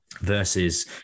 versus